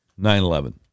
9/11